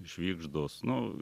švygždos nu